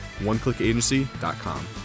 OneClickAgency.com